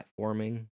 platforming